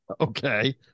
Okay